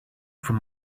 from